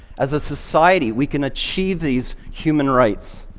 as a society, we can achieve these human rights,